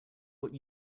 what